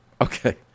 Okay